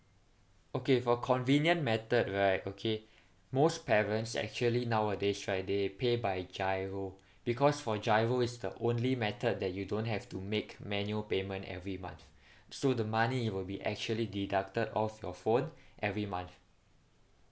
okay for convenient method right okay most parents actually nowadays right they pay by giro because for giro is the only method that you don't have to make manual payment every month so the money will be actually deducted off your phone every month